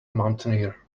mountaineer